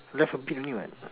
left a bit only [what]